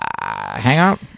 hangout